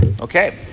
Okay